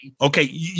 Okay